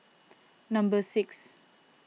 number six